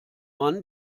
mann